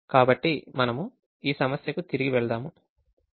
కాబట్టి మనము ఈ సమస్యకు తిరిగి వెళ్దాం